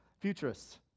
Futurists